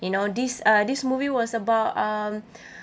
you know this uh this movie was about um